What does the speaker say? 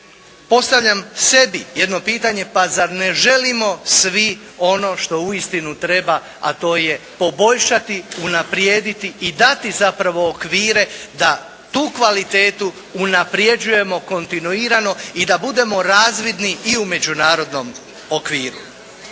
postavljam pitanje samom sebi zar ne želimo svi ono što uistinu treba a to je poboljšati, unaprijediti i dati zapravo okvire da tu kvalitetu unapređujemo kontinuirano i da budemo razvidni i u međunarodnom okviru.